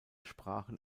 sprachen